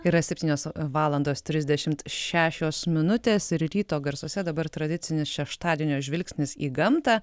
yra septynios valandos trisdešimt šešios minutės ir ryto garsuose dabar tradicinis šeštadienio žvilgsnis į gamtą